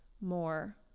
more